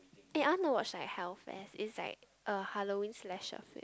eh I want to watch like Hell Fest is like a Halloween slash film